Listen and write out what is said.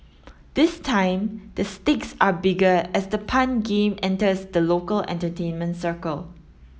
this time the stakes are bigger as the pun game enters the local entertainment circle